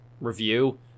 review